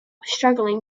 struggling